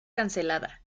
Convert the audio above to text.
cancelada